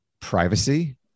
privacy